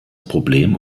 problem